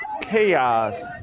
chaos